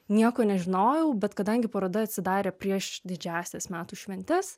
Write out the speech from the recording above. nieko nežinojau bet kadangi paroda atsidarė prieš didžiąsias metų šventes